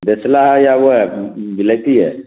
بیسلا ہے یا وہ ہے بلیتی ہے